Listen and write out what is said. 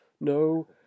No